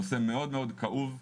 נושא מאוד כאוב,